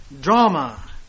drama